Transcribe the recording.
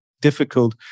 difficult